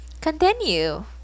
continue